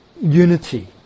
unity